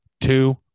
two